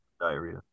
diarrhea